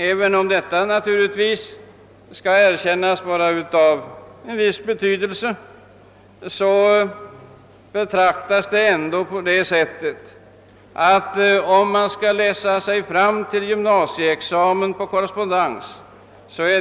även om man måste erkänna att detta är av viss betydelse, betraktas det ändå som en mycket krävande studieform att läsa sig fram till gymnasieexamen per kor respondens.